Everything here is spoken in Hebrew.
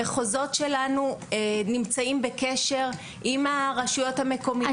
המחוזות שלנו נמצאים בקשר עם הרשויות המקומיות,